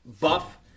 buff